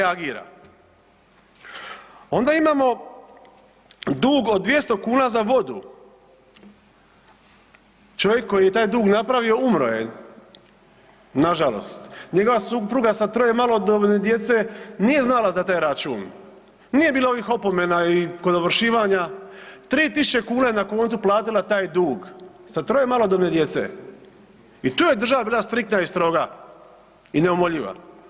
Onda imamo dug od 200 kuna za vodu, čovjek koji je taj dug napravio umro je nažalost, njegova supruga sa troje malodobne djece nije znala za taj račun, nije bilo ovih opomena kod ovršivanja 3.000 kuna na koncu platila taj dug sa troje malodobne djece i tu je država bila striktna i stroga i neumoljiva.